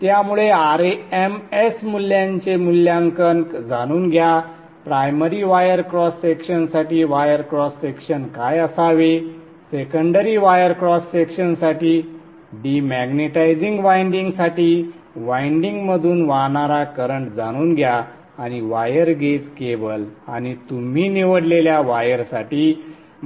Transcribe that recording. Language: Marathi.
त्यामुळे rms मूल्याचे मूल्यांकन जाणून घ्या प्रायमरी वायर क्रॉस सेक्शनसाठी वायर क्रॉस सेक्शन काय असावे सेकंडरी वायर क्रॉस सेक्शनसाठी डिमॅग्नेटिझिंग वायंडिंग साठी वायंडिंग मधून वाहणारा करंट जाणून घ्या आणि वायर गेज केबल आणि तुम्ही निवडलेल्या वायरसाठी